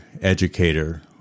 educator